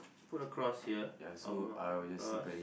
put a cross here I'll mark a cross